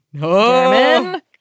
German